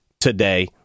today